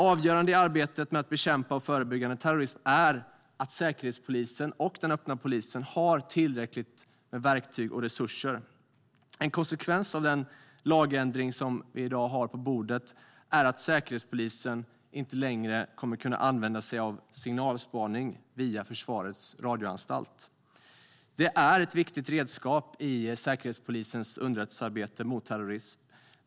Avgörande i arbetet med att bekämpa och förebygga terrorism är att Säkerhetspolisen och den öppna polisen har tillräckligt med verktyg och resurser. En konsekvens av den lagändring som i dag finns på bordet är att Säkerhetspolisen inte längre kommer att kunna använda sig av signalspaning via Försvarets radioanstalt. Det är ett viktigt redskap i Säkerhetspolisens underrättelsearbete mot terrorism.